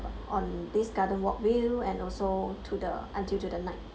on this garden walk view and also to the until to the night